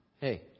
Hey